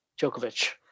Djokovic